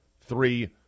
Three